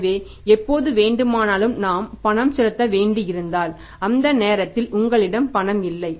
எனவே எப்போது வேண்டுமானாலும் நாம் பணம் செலுத்த வேண்டியிருந்தால் அந்த நேரத்தில் உங்களிடம் பணம் இல்லை